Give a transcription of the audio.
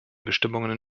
bestimmungen